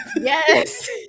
Yes